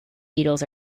beetles